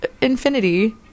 infinity